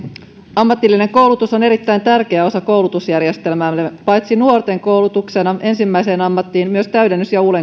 ammatillinen koulutus on erittäin tärkeä osa koulutusjärjestelmäämme paitsi nuorten koulutuksena ensimmäiseen ammattiin myös täydennys ja